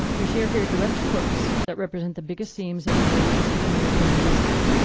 we share herer direct quotes that represent the biggest themes that we heard from the many with whom we visited.